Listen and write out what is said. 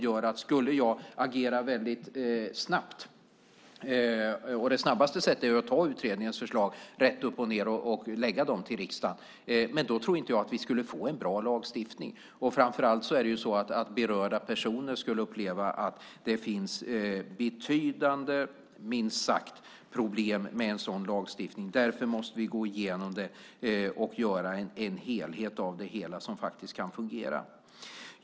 Jag skulle kunna agera snabbt, och det snabbaste sättet är att ta utredningens förslag rätt upp och ned och lägga fram dem för riksdagen. Men då tror jag inte att vi skulle få en bra lagstiftning. Framför allt skulle berörda personer då uppleva att det finns minst sagt betydande problem med en sådan lagstiftning. Därför måste vi gå igenom detta och göra en helhet som kan fungera.